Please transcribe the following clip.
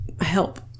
help